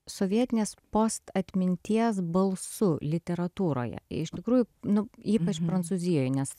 sovietinės postatminties balsu literatūroje iš tikrųjų nu ypač prancūzijoj nes